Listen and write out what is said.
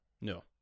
No